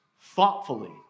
thoughtfully